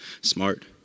smart